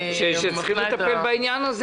הם המשרדים שצריכים לטפל בעניין הזה